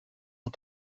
μου